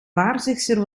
waarzegster